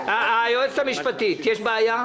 היועצת המשפטית, יש בעיה?